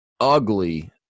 Ugly